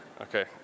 Okay